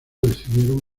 decidieron